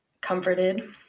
comforted